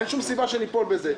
אין שום סיבה שניפול בזה.